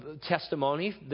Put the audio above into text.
testimony